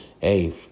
hey